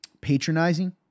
patronizing